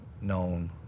known